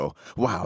Wow